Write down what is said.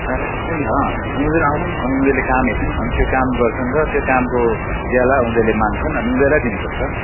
होइन होइन उनीहरू आउँछन् अनि उनीहरूले काम हेर्छन् अनि त्यो काम गर्छन् र त्यो कामको ज्याला उनीहरूले माग्छन् अनि उनीहरूलाई दिनुपर्छ